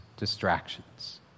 distractions